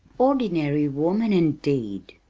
ordinary woman indeed!